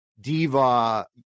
diva